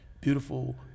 beautiful